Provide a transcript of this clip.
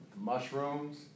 Mushrooms